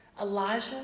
Elijah